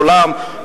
כולם,